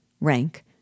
Rank